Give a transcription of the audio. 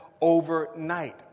overnight